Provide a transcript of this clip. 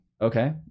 Okay